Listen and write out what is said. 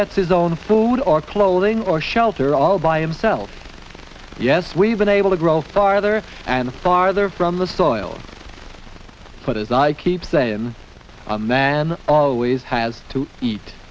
gets his own food or clothing or shelter all by himself yes we've been able to grow farther and farther from the soil but as i keep saying i'm a man always has to